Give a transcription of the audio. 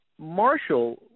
Marshall